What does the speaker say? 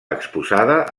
exposada